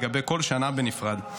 לגבי כל שנה בנפרד.